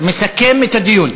מסכם את הדיון.